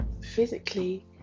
physically